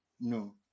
No